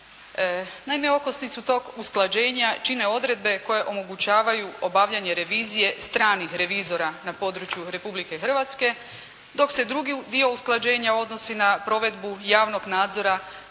Naime, okosnicu tog usklađenja čine odredbe koje omogućavaju obavljanje revizije stranih revizora na području Republike Hrvatske, dok se drugi dio usklađenja odnosi na provedbu javnog nadzora nad